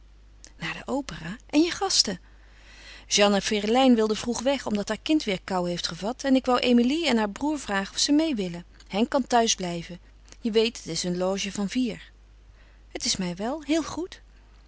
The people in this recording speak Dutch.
naar de opera en je gasten jeanne ferelijn wilde vroeg weg omdat haar kind weêr koû heeft gevat en ik woû emilie en haar broêr vragen of ze meêwillen henk kan thuis blijven je weet het is een loge van vier het is mij wel heel goed